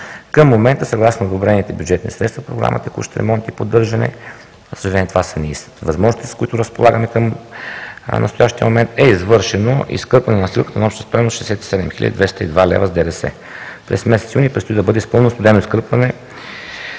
Към момента, съгласно одобрените бюджетни средства по Програма „Текущ ремонт и поддържане“ – за съжаление, това са възможностите, с които разполагаме към настоящия момент, е извършено изкърпване на настилката на обща стойност 67 202 лв. с ДДС. През месец юни предстои да бъде изпълнено студено изкърпване